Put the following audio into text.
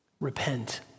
Repent